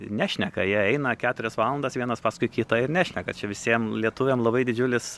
nešneka jie eina keturias valandas vienas paskui kitą ir nešneka čia visiem lietuviam labai didžiulis